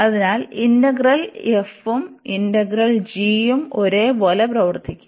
അതിനാൽ integral f ഉം integral g യും ഒരേപോലെ പ്രവർത്തിക്കും